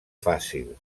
fàcil